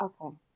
Okay